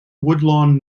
woodlawn